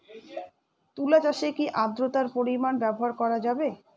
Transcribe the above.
তুলা চাষে কি আদ্রর্তার পরিমাণ ব্যবহার করা যাবে?